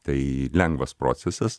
tai lengvas procesas